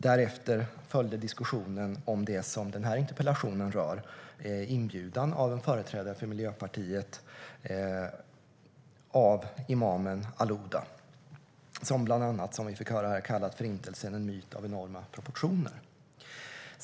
Därefter följde diskussionen om det som denna interpellation rör, nämligen inbjudan av en företrädare för Miljöpartiet till imamen al-Ouda, som bland annat, som sagt, kallat Förintelsen för en myt av enorma proportioner.